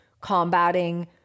combating